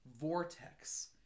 vortex